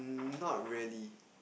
not really